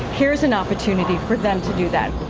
here is an opportunity for them to do that.